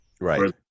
Right